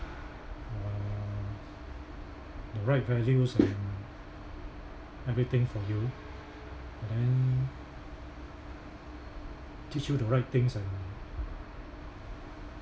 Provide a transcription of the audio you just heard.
uh the right values and everything for you and then teach you the right things and